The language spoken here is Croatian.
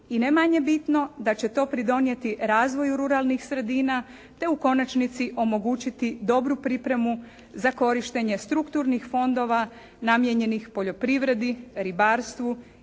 i ne manje bitno, a će to pridonijeti razvoju ruralnih sredina te u konačnici omogućiti dobru pripremu za korištenje strukturnih fondova namijenjenih poljoprivredi, ribarstvu i